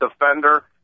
defender